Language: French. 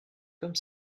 comme